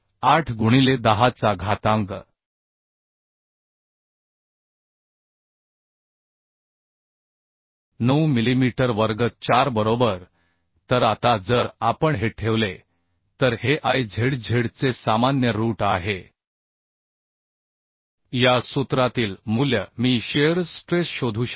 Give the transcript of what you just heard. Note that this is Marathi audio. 8 गुणिले 10 चा घातांक 9 मिलीमीटर वर्ग 4 बरोबर तर आता जर आपण हे ठेवले तर हे Izz चे सामान्य रूट आहे या सूत्रातील मूल्य मी शिअर स्ट्रेस शोधू शकतो